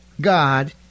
God